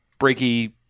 breaky